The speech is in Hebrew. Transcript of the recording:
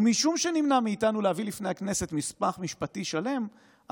ומשום שנמנע מאיתנו להביא לפני הכנסת מסמך משפטי שלם,